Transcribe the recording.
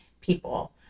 people